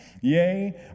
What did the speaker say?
yea